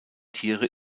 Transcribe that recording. tiere